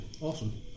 Awesome